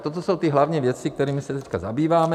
Toto jsou ty hlavní věci, kterými se dneska zabýváme.